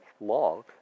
long